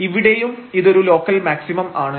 ഇവിടെയും ഇതൊരു local maximum ആണ്